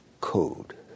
code